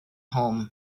home